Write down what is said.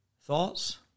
Thoughts